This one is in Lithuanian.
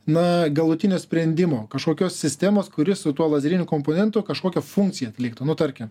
na galutinio sprendimo kažkokios sistemos kuri su tuo lazeriniu komponentu kažkokią funkciją atliktų nu tarkim